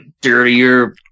dirtier